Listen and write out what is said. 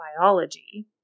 biology